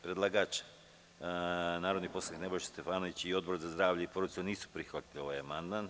Predlagač, narodni poslanik Nebojša Stefanović i Odbor za zdravlje i porodicu nisu prihvatili ovaj amandman.